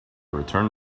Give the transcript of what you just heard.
returned